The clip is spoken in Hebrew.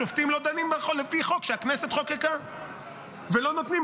השופטים לא דנים לפי חוק שהכנסת חוקקה ולא נותנים,